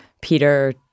Peter